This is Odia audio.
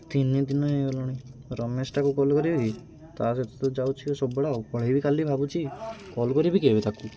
ତିନି ଦିନ ହୋଇଗଲାଣି ରମେଶଟାକୁ କଲ୍ କରିବି କି ତା'ସହିତ ତ ଯାଉଛିି ସବୁବେଳେ ଆଉ ପଳାଇବି କାଲି ଭାବୁଛିି କଲ୍ କରିବି କି ଏବେ ତାକୁ